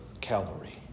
Calvary